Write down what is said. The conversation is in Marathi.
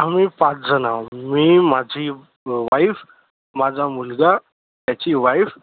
आम्ही पाच जणं आहे मी माझी वाईफ माझा मुलगा त्याची वाईफ